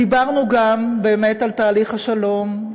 דיברנו גם על תהליך השלום,